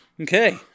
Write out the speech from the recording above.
Okay